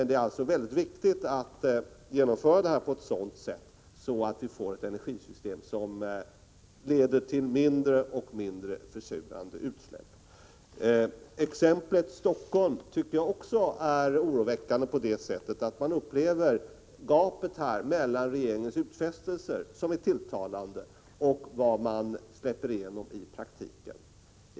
Det är alltså viktigt att arbeta på ett sådant sätt att vi får ett energisystem som leder till mindre och mindre försurande utsläpp. Exemplet Stockholm är oroväckande också på det sättet att man upplever gapet mellan regeringens utfästelser — som är tilltalande — och vad man släpper igenom i praktiken.